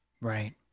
Right